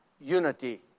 unity